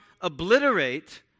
obliterate